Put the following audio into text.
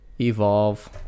evolve